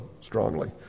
strongly